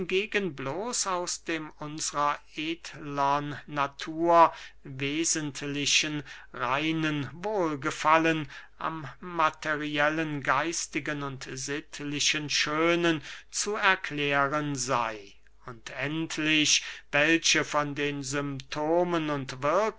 hingegen bloß aus dem unsrer edlern natur wesentlichen reinen wohlgefallen am materiellen geistigen und sittlichen schönen zu erklären sey und endlich welche von den symptomen und